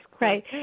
right